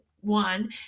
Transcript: one